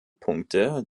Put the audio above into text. punkte